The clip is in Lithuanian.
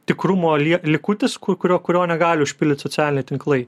tikrumo lie likutis ku kurio kurio negali užpildyt socialiniai tinklai